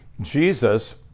Jesus